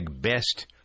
best